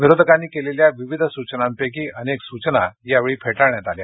विरोधकांनी केलेल्या विविध सूचनांपैकी अनेक सुचना या वेळी फेटाळण्यात आल्या